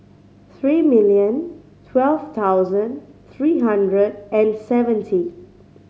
three million twelve thousand three hundred and seventy